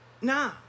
nah